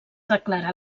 declara